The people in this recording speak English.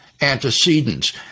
antecedents